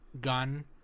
gun